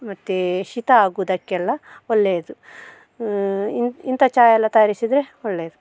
ಮತ್ತು ಶೀತ ಆಗುವುದಕ್ಕೆಲ್ಲ ಒಳ್ಳೆಯದು ಇಂಥ ಚಹಾ ಎಲ್ಲ ತಯಾರಿಸಿದರೆ ಒಳ್ಳೆಯದು